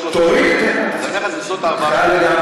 אתך לגמרי.